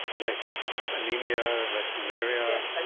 less anaemia, less malaria? yes, and